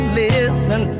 listen